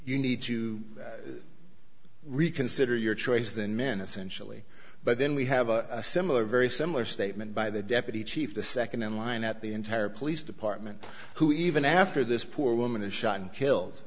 you need to reconsider your choice than men essentially but then we have a similar very similar statement by the deputy chief the nd in line at the entire police department who even after this poor woman is shot and killed